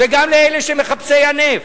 וגם לאלה, מחפשי הנפט.